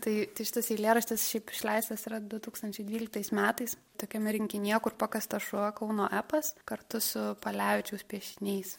tai šitas eilėraštis šiaip išleistas yra du tūkstančiai dvyliktais metais tokiame rinkinyje kur pakastas šuo kauno epas kartu su palevičiaus piešiniais